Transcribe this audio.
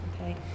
okay